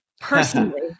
personally